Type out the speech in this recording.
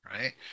right